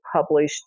published